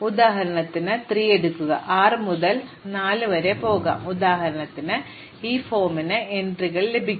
ഉദാഹരണത്തിന് ഇപ്പോൾ 3 എറിയുക എനിക്ക് 6 മുതൽ 4 വരെ പോകാം ഉദാഹരണത്തിന് ആ ഫോമിന്റെ എൻട്രികൾ എനിക്ക് ലഭിക്കും